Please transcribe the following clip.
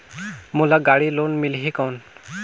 मोला गाड़ी लोन मिलही कौन?